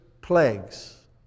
plagues